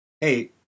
hey